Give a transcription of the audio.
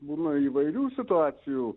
būna įvairių situacijų